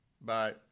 Bye